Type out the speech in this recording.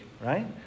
right